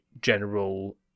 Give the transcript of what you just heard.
general